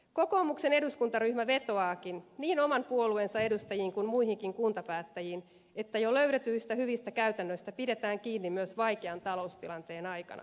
kokoomuksen eduskuntaryhmä vetoaakin niin oman puolueensa edustajiin kuin muihinkin kuntapäättäjiin että jo löydetyistä hyvistä käytännöistä pidetään kiinni myös vaikean taloustilanteen aikana